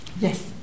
Yes